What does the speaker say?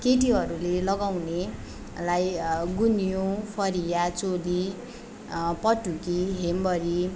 केटीहरूले लगाउनेलाई गुन्यू फरिया चोली पटुकी हेम्बरी